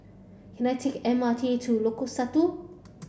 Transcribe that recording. can I take M R T to Lengkok Satu